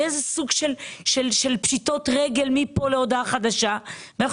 של פשיטות רגל מפה ועד להודעה חדשה ואנחנו